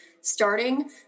starting